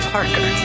Parker